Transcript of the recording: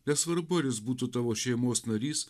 nesvarbu ar jis būtų tavo šeimos narys